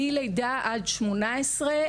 מלידה עד 18,